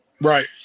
Right